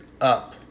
up